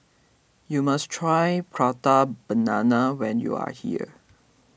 you must try Prata Banana when you are here